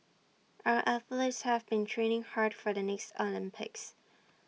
our athletes have been training hard for the next Olympics